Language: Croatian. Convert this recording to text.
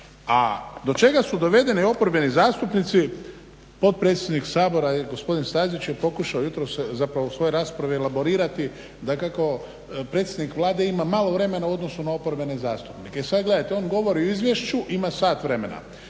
A do čega su dovedeni oporbeni zastupnici potpredsjednik Sabora gospodin Stazić je pokušao jutros zapravo u svojoj raspravi elaborirati dakako predsjednik Vlade ima malo vremena u odnosu na oporbene zastupnike. E sada gledajte on govori o izvješću ima sat vremena.